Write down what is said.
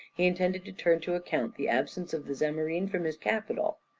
he intended to turn to account the absence of the zamorin from his capital.